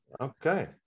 Okay